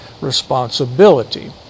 responsibility